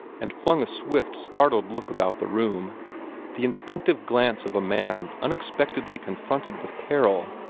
and flung a swift, startled look about the room the instinctive glance of a man unexpectedly confronted with peril,